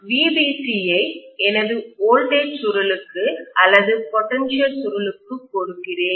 நான் VBC ஐ எனது வோல்டேஜ்மின்னழுத்த சுருளுக்கு அல்லது பொட்டன்ஷியல் சுருளுக்கு கொடுக்கிறேன்